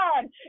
God